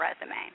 resume